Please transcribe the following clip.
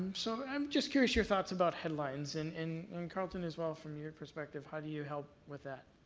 so, i'm just curious, you're thoughts about headlines? and and um carlton as well, from your perspective, how do you help with that?